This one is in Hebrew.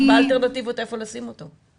איפה לשים אותו?